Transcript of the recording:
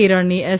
કેરળની એસ